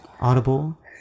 Audible